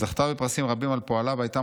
זכתה בפרסים רבים על פועלה והייתה